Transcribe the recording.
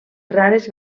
rares